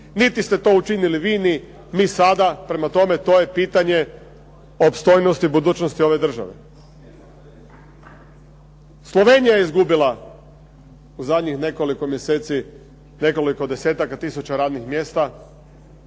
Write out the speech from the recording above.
Niti ste to učinili vi, ni mi sada. Prema tome to je pitanje opstojnosti budućnosti ove države. Slovenija je izgubila u zadnjih nekoliko mjeseci nekoliko desetaka tisuća radnih mjesta.